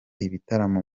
ibitaramo